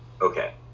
Okay